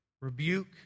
rebuke